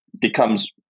becomes